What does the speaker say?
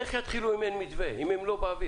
איך יתחילו אם אין מתווה, אם הם לא באוויר?